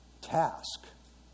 task